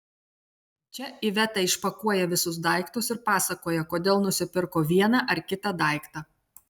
čia iveta išpakuoja visus daiktus ir pasakoja kodėl nusipirko vieną ar kitą daiktą